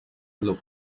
look